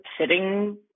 sitting